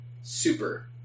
Super